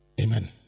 Amen